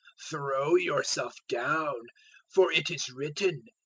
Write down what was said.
throw yourself down for it is written,